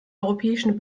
europäischen